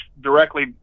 directly